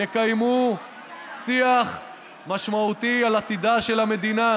יקיימו שיח משמעותי על עתידה של המדינה,